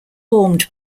formed